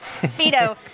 Speedo